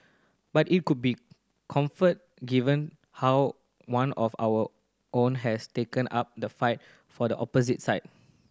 but it cold be comfort given how one of our own has taken up the fight for the opposite side